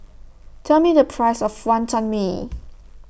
Tell Me The Price of Wonton Mee